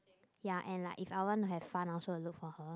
ya and like if I want to have fun I also will look for her